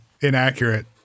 inaccurate